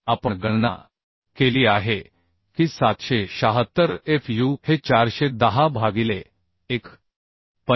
आपण गणना केली आहे की 776 Fu हे 410 भागिले 1